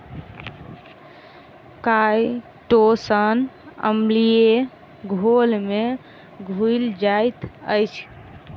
chitosan अम्लीय घोल में घुइल जाइत अछि